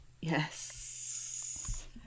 Yes